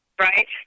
right